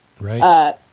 Right